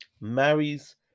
marries